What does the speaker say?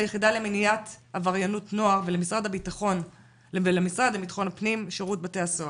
ליחידה למניעת עבריינות נוער ולמשרד לביטחון פנים ושירות בתי הסוהר,